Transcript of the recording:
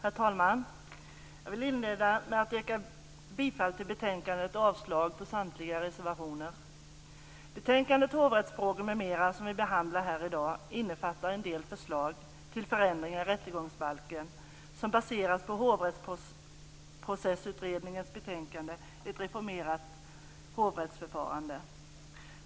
Herr talman! Jag vill inleda med att yrka bifall till hemställan i betänkandet och avslag på samtliga reservationer. Betänkandet Hovrättsfrågor, m.m. som vi behandlar i dag innefattar en del förslag till förändringar i rättegångsbalken som baseras på Hovrättsprocessutredningens betänkande Ett reformerat hovrättsförfarande.